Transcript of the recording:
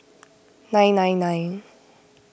nine nine nine